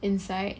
inside